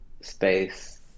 space